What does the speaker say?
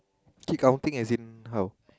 keep counting as in how